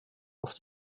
auf